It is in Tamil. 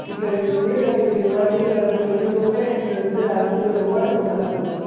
இப்போ இந்த வீடு கட்டிட்டு இருக்கீங்களா வீடு கட்டுறது முடிஞ்ச ஒடனே அடுத்து வந்து அடுத்தது ஒரு ஹோட்டல் ஒன்று கட்டணும்